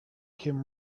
came